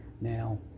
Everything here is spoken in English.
Now